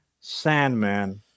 Sandman